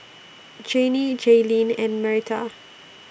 Jannie Gaylene and Marietta